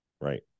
Right